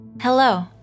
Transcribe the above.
Hello